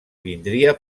vindria